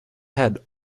head